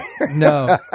No